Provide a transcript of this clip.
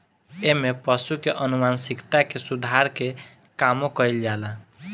एमे पशु के आनुवांशिकता के सुधार के कामो कईल जाला